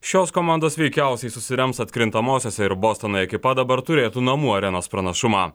šios komandos veikiausiai susirems atkrintamosiose ir bostono ekipa dabar turėtų namų arenos pranašumą